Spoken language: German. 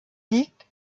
liegt